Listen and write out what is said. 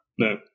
No